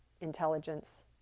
intelligence